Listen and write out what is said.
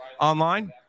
online